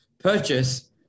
purchase